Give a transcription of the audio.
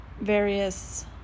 various